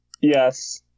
Yes